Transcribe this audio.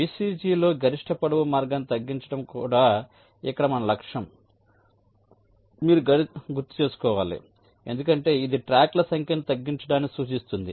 VCG లో గరిష్ట పొడవు మార్గాన్ని తగ్గించడం కూడా ఇక్కడ మన లక్ష్యం ఒకటి మీరు గుర్తుచేసుకున్నారు ఎందుకంటే ఇది ట్రాక్ల సంఖ్యను తగ్గించడాన్ని సూచిస్తుంది